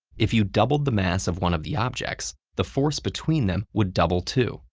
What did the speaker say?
if you doubled the mass of one of the objects, the force between them would double, too.